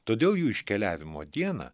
todėl jų iškeliavimo dieną